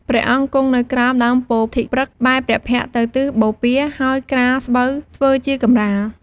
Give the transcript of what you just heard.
ព្រះអង្គគង់នៅក្រោមដើមពោធិព្រឹក្ស បែរព្រះភក្ត្រទៅទិសបូព៌ា ហើយក្រាលស្បូវធ្វើជាកម្រាល។